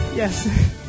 Yes